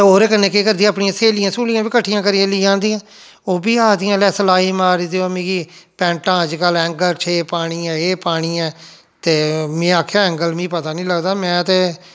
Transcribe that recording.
ओहदे कन्नै केह् करदी अपनियां स्हेलियां स्हूलियां बी कट्ठियां करियै लेई आह्नदियां ओह् बी आक्खदियां लै सलाई मारी देओ मिगी पैंटां अजकल्ल ऐंकल शेप पानी ऐ ओह् पानी ऐ ते में आखेआ एंगल मिगी पता नेईं लगदा में ते